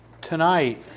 Tonight